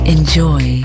Enjoy